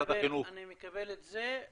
אני מקבל את זה,